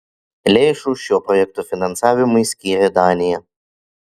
lėšų šio projekto finansavimui skyrė danija